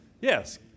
Yes